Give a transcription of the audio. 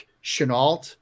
Chenault